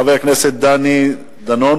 חבר הכנסת דני דנון,